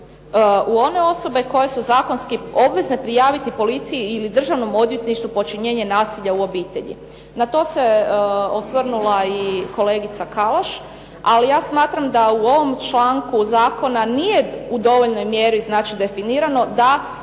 u one osobe koje su zakonski obvezne prijaviti policiji ili Državnom odvjetništvu počinjenje nasilja u obitelji. Na to se osvrnula i kolegica Kalaš, ali ja smatram da u ovom članku zakona nije u dovoljnoj mjeri znači definirano da